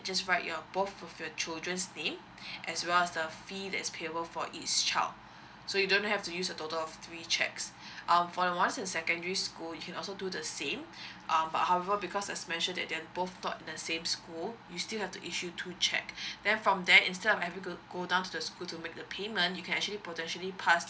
just write your both of your children's name as well as the fee that's payable for each child so you don't have to use a total of three checks um for one in secondary school you can also do the same uh but however because as I mentioned that they are both taught in the same school you still have to issue two check then from there instead of having to go down to the school to make the payment you can actually potentially pass